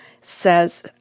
says